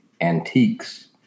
antiques